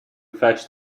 fetched